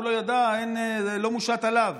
הוא לא ידע, לא מושת עליו.